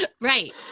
right